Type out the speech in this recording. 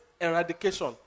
eradication